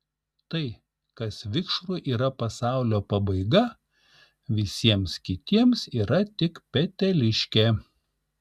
tai kas vikšrui yra pasaulio pabaiga visiems kitiems yra tik peteliškė